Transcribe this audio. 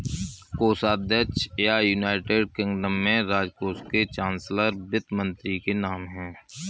कोषाध्यक्ष या, United Kingdom में, राजकोष के चांसलर वित्त मंत्री के नाम है